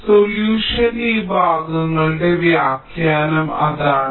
അതിനാൽ സൊല്യൂഷന്റെ ഈ ഭാഗങ്ങളുടെ വ്യാഖ്യാനം അതാണ്